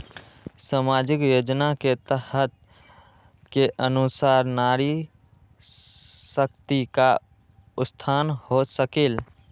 सामाजिक योजना के तहत के अनुशार नारी शकति का उत्थान हो सकील?